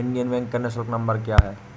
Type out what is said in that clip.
Indian bank का निःशुल्क number क्या है?